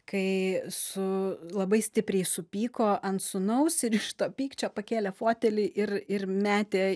kai su labai stipriai supyko ant sūnaus ir iš to pykčio pakėlė fotelį ir ir metė